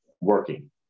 working